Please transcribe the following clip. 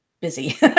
Busy